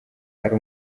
ari